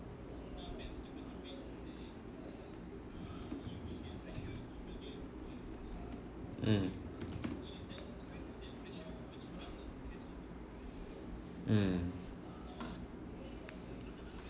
mm